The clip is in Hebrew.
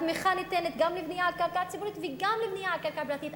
התמיכה ניתנת גם לבניית קרקע ציבורית וגם לבניית קרקע פרטית,